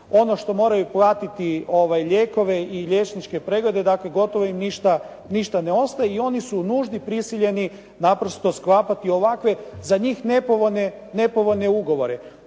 ono što moraju platiti lijekove i liječničke preglede, dakle gotovo im ništa ne ostaje i oni su nužni i prisiljeni naprosto sklapati ovakve za njih nepovoljne ugovore.